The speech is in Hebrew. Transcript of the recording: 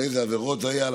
על איזה עבירות זה היה?